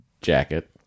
jacket